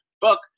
book